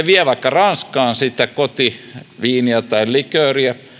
vie vaikka ranskaan sitä kotiviiniä tai likööriä